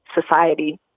society